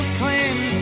claim